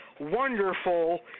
wonderful